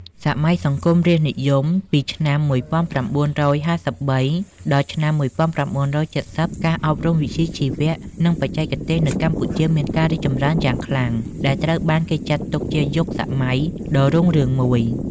សម័យសង្គមរាស្ត្រនិយម ពីឆ្នាំ ១៩៥៣ ដល់ឆ្នាំ ១៩៧០ ការអប់រំវិជ្ជាជីវៈ និងបច្ចេកទេសនៅកម្ពុជាមានការរីកចម្រើនយ៉ាងខ្លាំង ដែលត្រូវបានគេចាត់ទុកជាយុគសម័យដ៏រុងរឿងមួយ។